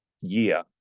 year